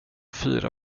fyra